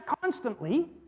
constantly